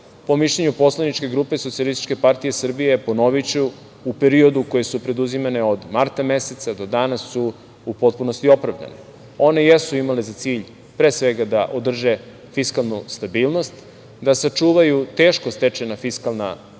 po mišljenju poslaničke grupe SPS, ponoviću, u periodu u kojem su preduzimane od marta meseca do danas, su u potpunosti opravdane. One jesu imale za cilj, pre svega, da održe fiskalnu stabilnost, da sačuvaju teško stečena fiskalna dostignuća,